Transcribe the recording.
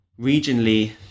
regionally